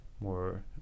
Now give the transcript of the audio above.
more